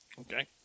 okay